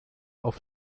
auf